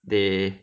they